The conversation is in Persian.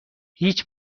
هیچ